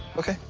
okay,